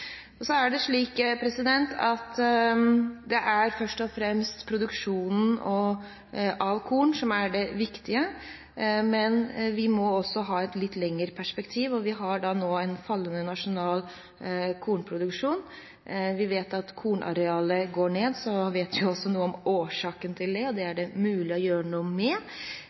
Så er det først og fremst produksjonen av korn som er det viktige, men vi må også ha et litt lengre perspektiv. Vi har nå en fallende nasjonal kornproduksjon. Vi vet at kornarealet går ned. Så vet vi også noe om årsaken til det, og det er det mulig å gjøre noe med.